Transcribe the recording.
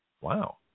Wow